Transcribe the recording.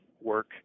work